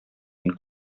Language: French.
une